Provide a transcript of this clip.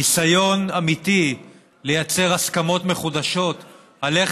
ניסיון אמיתי לייצר הסכמות מחודשות על איך